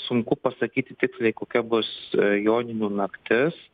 sunku pasakyti tiksliai kokia bus joninių naktis